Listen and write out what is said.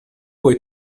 way